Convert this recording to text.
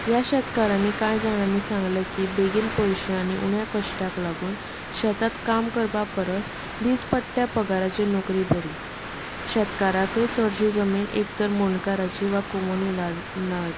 ह्या शेतकारांनी कांय जाणांनी सांगलें की बेगीन पयशे आनी उण्या कश्टांक लागून शेतांत काम करपा परस दिसपट्ट्या पगाराचेर नोकरी बरी शेतकाराकय चडशी जमीन एक तर मुणकाराची वा कॉमुनिदाद दाद